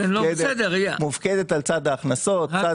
מופקדת על צד ההכנסות,